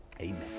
Amen